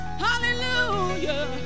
Hallelujah